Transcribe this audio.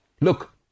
look